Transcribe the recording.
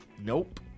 nope